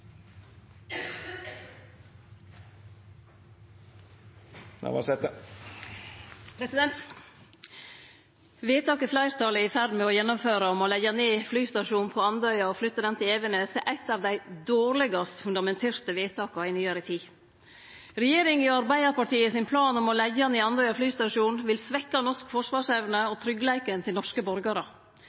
Vedtaket som fleirtalet er i ferd med å gjennomføre om å leggje ned flystasjonen på Andøya og flytte han til Evenes, er eit av dei dårlegast fundamenterte vedtaka i nyare tid. Regjeringa og Arbeidarpartiet sin plan om å leggje ned Andøya flystasjon vil svekkje norsk forsvarsevne og tryggleiken til norske borgarar.